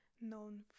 known